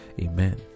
Amen